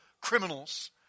criminals